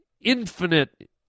infinite